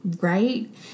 Right